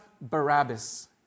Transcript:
Barabbas